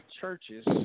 churches